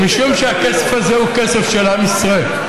ומשום שהכסף הזה הוא כסף של עם ישראל,